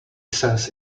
says